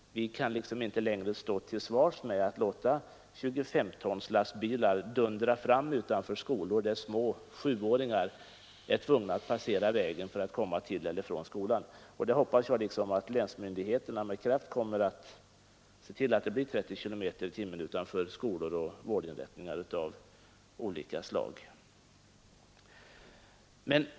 Vi kan inte längre stå till svars med att låta 25 tons lastbilar dundra fram utanför skolor där små sjuåringar är tvungna att passera vägen för att komma till och från skolan. Jag hoppas att länsmyndigheterna med kraft ser till att det blir 30 km/tim utanför skolor och vårdinrättningar av olika slag.